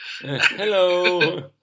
Hello